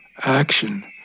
action